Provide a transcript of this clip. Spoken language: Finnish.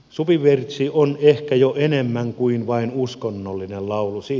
suvivirsi on ehkä jo enemmän kuin vain uskonnollinen laulu